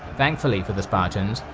thankfully for the spartans,